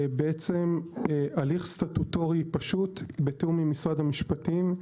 העברנו הליך סטטוטורי פשוט בתיאום עם משרד המשפטים,